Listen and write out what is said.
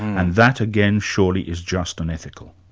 and that again surely is just an ethical.